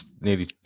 nearly